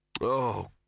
Oh